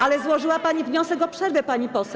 Ale złożyła pani wniosek o przerwę, pani poseł.